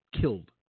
killed